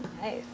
nice